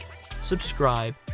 subscribe